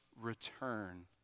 return